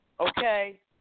Okay